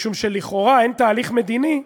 משום שלכאורה אין תהליך מדיני,